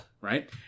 right